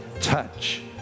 touch